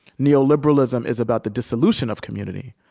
neoliberalism is about the dissolution of community,